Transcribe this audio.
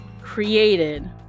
created